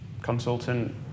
consultant